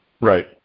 Right